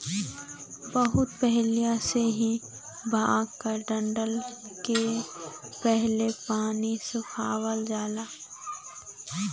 बहुत पहिले से ही भांग के डंठल के पहले पानी से सुखवावल जाला